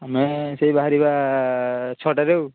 ଆମେ ସେଇ ବାହାରିବା ଛଅଟାରେ ଆଉ